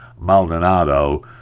maldonado